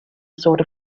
sort